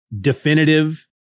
definitive